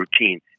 routine